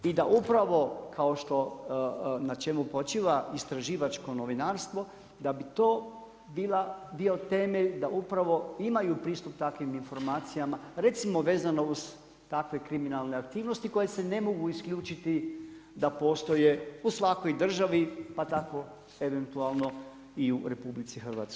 I da upravo kao što, na čemu počiva istraživačko novinarstvo da bi to bio temelj da upravo imaju pristup takvim informacijama, recimo vezano uz takve kriminalne aktivnosti koje se ne mogu isključiti da postoje u svakoj državi pa tako eventualno i u RH.